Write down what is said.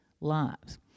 lives